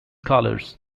colors